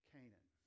Canaan